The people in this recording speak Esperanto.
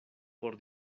por